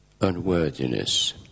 unworthiness